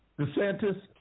DeSantis